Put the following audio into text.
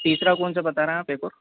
तीसरा कौनसा बता रहे हैं आप एक और